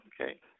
okay